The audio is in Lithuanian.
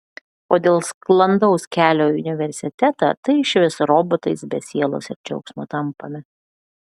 o dėl sklandaus kelio į universitetą tai išvis robotais be sielos ir džiaugsmo tampame